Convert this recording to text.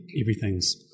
everything's